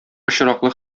очраклы